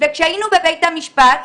כשהיינו בבית המשפט,